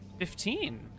Fifteen